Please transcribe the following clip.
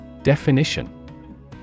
Definition